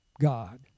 God